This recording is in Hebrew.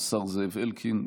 השר זאב אלקין,